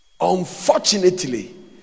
Unfortunately